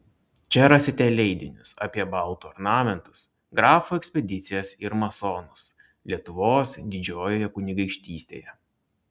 čia rasite leidinius apie baltų ornamentus grafų ekspedicijas ir masonus lietuvos didžiojoje kunigaikštystėje